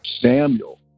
Samuel